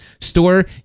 store